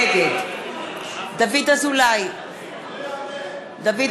נגד דוד אזולאי,